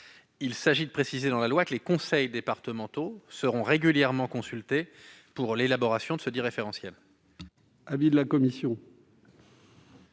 Il s'agit de préciser dans la loi que les conseils départementaux seront régulièrement consultés pour l'élaboration dudit référentiel.